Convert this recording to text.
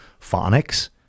phonics